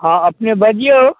हँ अपने बजिऔ